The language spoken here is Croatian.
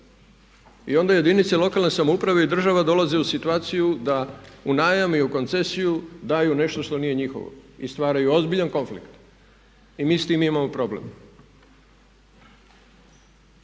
I onda jedinice lokalne samouprave i država dolaze u situaciju da u najam i u koncesiju daju nešto što nije njihovo i stvaraju ozbiljan konflikt i mi sa time imamo problem.